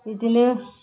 बिदिनो